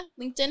linkedin